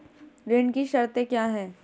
ऋण की शर्तें क्या हैं?